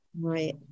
Right